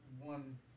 one